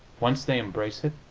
once they embrace it,